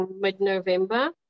mid-November